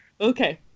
okay